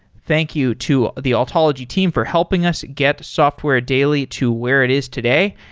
thank you to the altology team for helping us get software daily to where it is today,